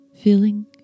feeling